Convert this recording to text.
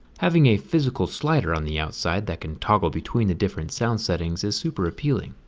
having a physical slider on the outside that can toggle between the different sound settings is super appealing.